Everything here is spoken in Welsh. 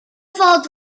fod